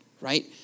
right